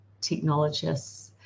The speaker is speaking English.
technologists